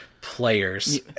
players